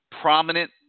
prominent